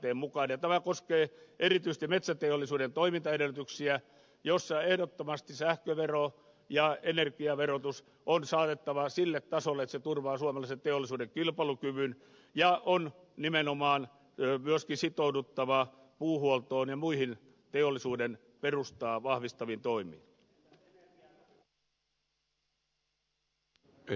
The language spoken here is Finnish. tämä koskee erityisesti metsäteollisuuden toimintaedellytyksiä ja ehdottomasti sähkövero ja energiaverotus on saatettava sille tasolle että se turvaa suomalaisen teollisuuden kilpailukyvyn ja on nimenomaan myöskin sitouduttava puuhuoltoon ja muihin teollisuuden perustaa vahvistaviin toimiin